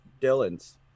Dylan's